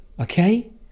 okay